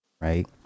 right